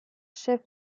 chefs